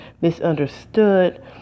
Misunderstood